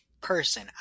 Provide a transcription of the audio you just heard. person